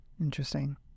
Interesting